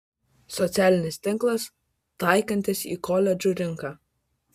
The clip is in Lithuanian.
socialinis tinklas taikantis į koledžų rinką